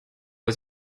was